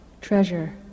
treasure